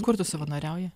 kur tu savanoriauji